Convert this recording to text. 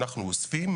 אנחנו אוספים,